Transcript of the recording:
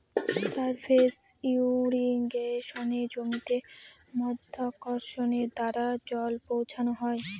surface ইর্রিগেশনে জমিতে মাধ্যাকর্ষণের দ্বারা জল পৌঁছানো হয়